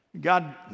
God